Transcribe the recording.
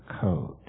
Code